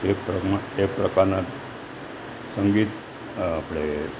એ એ પ્રકારનાં સંગીત આપણે